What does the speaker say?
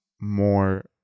more